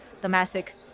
domestic